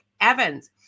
Evans